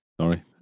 sorry